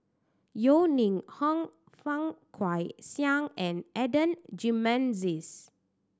Yeo Ning Hong Fang Guixiang and Adan Jimenez